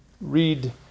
read